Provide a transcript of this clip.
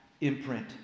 imprint